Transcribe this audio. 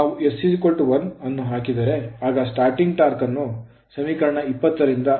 ನಾವು s 1 ಅನ್ನು ಹಾಕಿದರೆ ಆಗ starting torque ಸ್ಟಾರ್ಟಿಂಗ್ ಟಾರ್ಕ್ ಅನ್ನು ಅಂದರೆ ಸಮೀಕರಣ 20 ರಿಂದ r2 √rth2xthxr2